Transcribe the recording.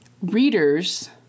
Readers